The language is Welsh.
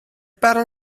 barn